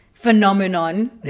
phenomenon